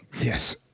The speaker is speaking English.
Yes